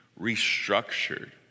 restructured